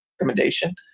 recommendation